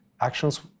actions